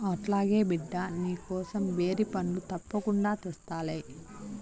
అట్లాగే బిడ్డా, నీకోసం బేరి పండ్లు తప్పకుండా తెస్తాలే